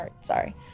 Sorry